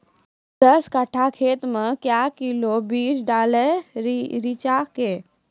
दस कट्ठा खेत मे क्या किलोग्राम बीज डालने रिचा के?